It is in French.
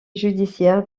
judiciaire